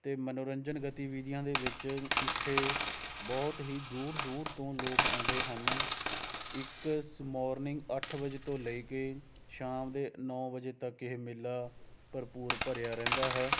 ਅਤੇ ਮਨੋਰੰਜਨ ਗਤੀਵਿਧੀਆਂ ਦੇ ਵਿੱਚ ਇੱਥੇ ਬਹੁਤ ਹੀ ਦੂਰ ਦੂਰ ਤੋਂ ਲੋਕ ਆਉਂਦੇ ਹਨ ਇੱਕ ਸ ਮੋਰਨਿੰਗ ਅੱਠ ਵਜੇ ਤੋਂ ਲੈ ਕੇ ਸ਼ਾਮ ਦੇ ਨੌਂ ਵਜੇ ਤੱਕ ਇਹ ਮੇਲਾ ਭਰਪੂਰ ਭਰਿਆ ਰਹਿੰਦਾ ਹੈ